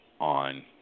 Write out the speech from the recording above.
on